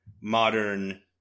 modern